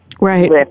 Right